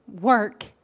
work